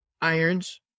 irons